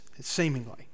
seemingly